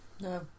no